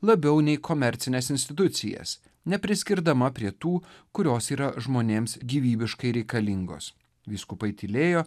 labiau nei komercines institucijas nepriskirdama prie tų kurios yra žmonėms gyvybiškai reikalingos vyskupai tylėjo